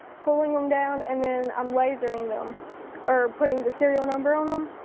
pulling them down and then i'm laserring them or putting the serial number on um